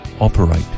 operate